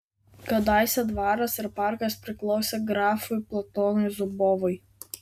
kadaise dvaras ir parkas priklausė grafui platonui zubovui